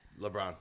LeBron